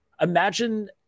imagine